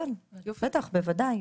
כן, בוודאי.